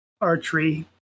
archery